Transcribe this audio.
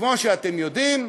וכמו שאתם יודעים,